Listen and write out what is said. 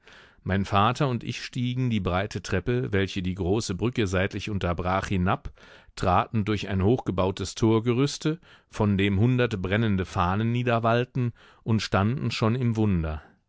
mein vater und ich stiegen die breite treppe welche die große brücke seitlich unterbrach hinab traten durch ein hochgebautes torgerüste von dem hundert brennende fahnen niederwallten und standen schon im wunder